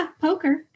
poker